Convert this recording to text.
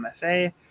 MFA